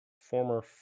former